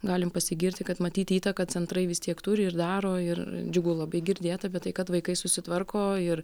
galim pasigirti kad matyt įtaką centrai vis tiek turi ir daro ir džiugu labai girdėt apie tai kad vaikai susitvarko ir